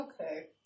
okay